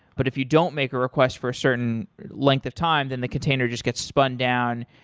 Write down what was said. but if you don't make a request for a certain length of time, then the container just gets spun down.